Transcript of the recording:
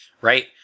right